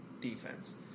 defense